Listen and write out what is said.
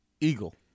Eagle